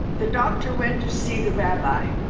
the doctor went to see the rabbi.